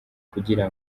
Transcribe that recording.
kugira